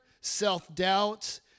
self-doubt